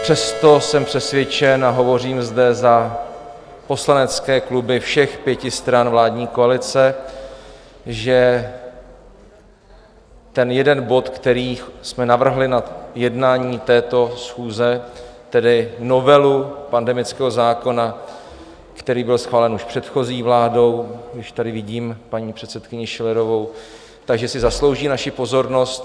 Přesto jsem přesvědčen, a hovořím zde za poslanecké kluby všech pěti stran vládní koalice, že ten jeden bod, který jsme navrhli na jednání této schůze, tedy novelu pandemického zákona, který byl schválen již předchozí vládou, když tady vidím paní předsedkyni Schillerovou, tak že si zaslouží naši pozornost.